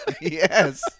Yes